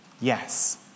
Yes